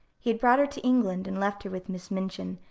he had brought her to england and left her with miss minchin,